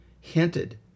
hinted